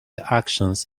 actions